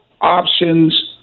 options